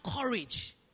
courage